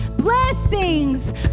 Blessings